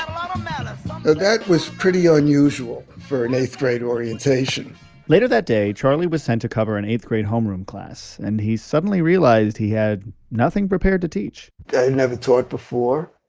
lot of malice so that was pretty unusual for an eighth-grade orientation later that day, charlie was sent to cover an eighth-grade homeroom class, and he suddenly realized he had nothing prepared to teach i had never taught before,